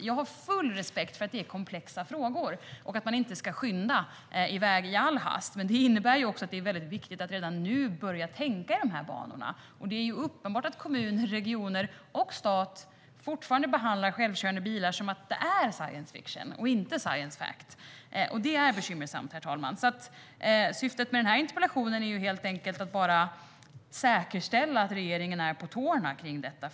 Jag har full respekt för att det är komplexa frågor och att man inte ska skynda iväg i all hast, men det innebär också att det är väldigt viktigt att redan nu börja tänka i de här banorna. Det är uppenbart att kommuner, regioner och stat fortfarande behandlar självkörande bilar som science fiction och inte science fact, och det är bekymmersamt, herr talman. Syftet med den här interpellationsdebatten är helt enkelt att säkerställa att regeringen är på tårna.